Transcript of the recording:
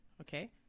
okay